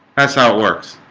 that's how it works